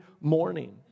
morning